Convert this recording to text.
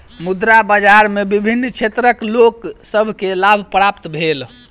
मुद्रा बाजार में विभिन्न क्षेत्रक लोक सभ के लाभ प्राप्त भेल